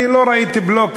אני לא ראיתי בלוק.